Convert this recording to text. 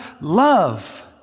love